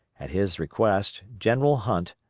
at his request, general hunt,